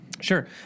Sure